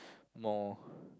more